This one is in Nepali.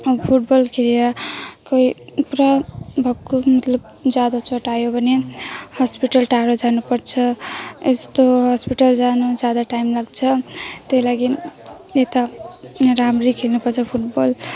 फुटबल खेलेर कोही पुरा भक्कु मतलब ज्यादा चोट आयो भने हस्पिटल टाढो जानुपर्छ यस्तो हस्पिटल जानु ज्यादा टाइम लाग्छ त्यही लागि यता राम्ररी खेल्नुपर्छ फुटबल